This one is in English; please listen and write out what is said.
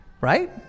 Right